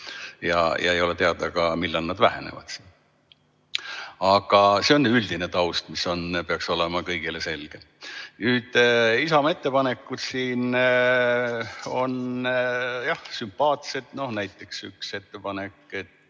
ja ei ole teada, millal nad vähenevad. Aga see on üldine taust, mis peaks olema kõigile selge. Isamaa ettepanekud on jah sümpaatsed. Üks ettepanek, et